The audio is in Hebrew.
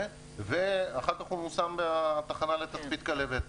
אחר כך הוא מושם בתחנה לתצפית כלבת.